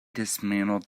dismantled